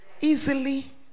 easily